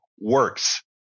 works